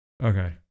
Okay